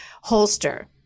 holster